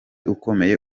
ukomeye